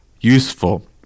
useful